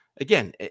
Again